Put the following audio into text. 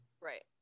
Right